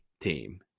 team